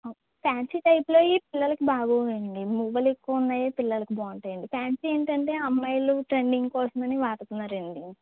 fancy టైపులోవి ఈ పిల్లలికి బాగుండవండి మువ్వలు ఎక్కువ ఉన్నవే పిల్లలికి బాగుంటాయండి ఫ్యాన్సీ ఏంటంటే అమ్మాయిలు ట్రెండింగ్ కోసమని వాడుతున్నారండి